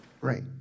Right